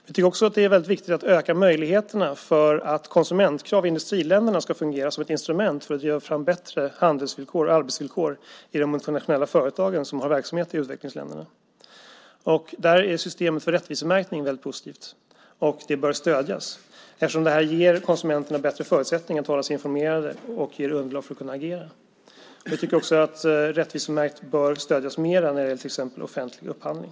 Vi tycker också att det är väldigt viktigt att öka möjligheterna för konsumentkrav i industriländerna att fungera som ett instrument att driva fram bättre handelsvillkor och arbetsvillkor i de multinationella företag som har verksamhet i utvecklingsländerna. Systemet för rättvisemärkning är väldigt positivt. Det bör stödjas eftersom det ger konsumenterna bättre förutsättningar att hålla sig informerade och underlag för att kunna agera. Vi tycker också att Rättvisemärkt bör stödjas mer när det gäller till exempel offentlig upphandling.